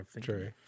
true